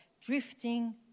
Drifting